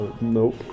Nope